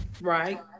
Right